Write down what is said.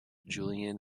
julian